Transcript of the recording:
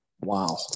Wow